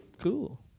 Cool